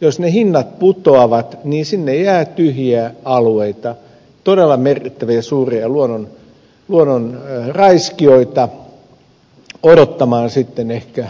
jos ne hinnat putoavat sinne jää tyhjiä alueita todella merkittäviä suuria luonnonraiskioita odottamaan sitten ehkä